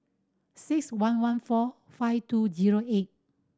six one one four five two zero eight